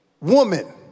woman